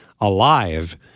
alive